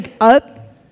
up